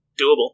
doable